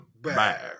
back